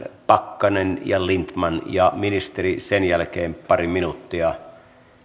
pakkanen ja lindtman ja ministerille sen jälkeen pari minuuttia